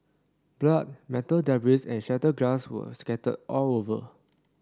blood metal debris and shattered glass were scattered all over